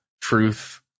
truth